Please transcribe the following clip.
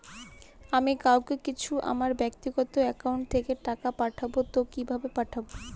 আমি কাউকে কিছু আমার ব্যাক্তিগত একাউন্ট থেকে টাকা পাঠাবো তো কিভাবে পাঠাবো?